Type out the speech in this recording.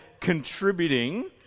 contributing